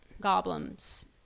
Goblins